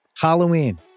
Halloween